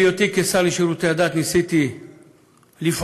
בהיותי השר לשירותי דת ניסיתי לפעול,